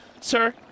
Sir